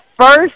first